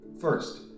First